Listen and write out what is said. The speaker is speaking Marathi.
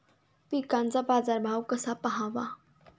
पिकांचा बाजार भाव कसा पहावा?